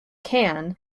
can